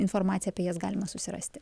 informaciją apie jas galima susirasti